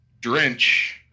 drench